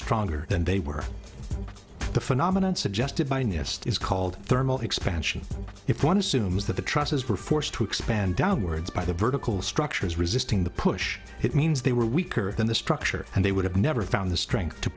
stronger than they were the phenomenon suggested by nist is called thermal expansion if one assumes that the trusses were forced to expand downwards by the vertical structures resisting the push it means they were weaker than the structure and they would have never found the strength to